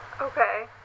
Okay